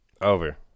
Over